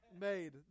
made